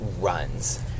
runs